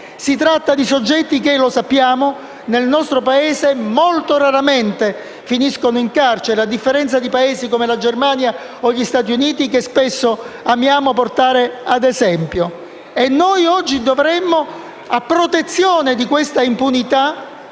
si tratta di soggetti che, nel nostro Paese, molto raramente finiscono in carcere, a differenza di Paesi come la Germania o gli Stati Uniti, che spesso amiamo portare ad esempio. Oggi, a protezione dell'impunità